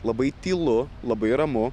labai tylu labai ramu